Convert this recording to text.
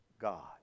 God